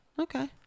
okay